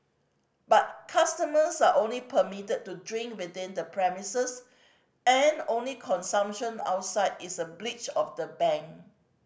but customers are only permitted to drink within the premises and only consumption outside is a breach of the ban